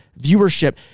viewership